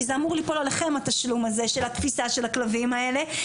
כי זה אמור ליפול עליכם התשלום הזה של התפיסה של הכלבים האלה,